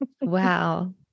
Wow